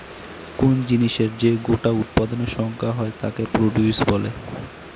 কোন জিনিসের যে গোটা উৎপাদনের সংখ্যা হয় তাকে প্রডিউস বলে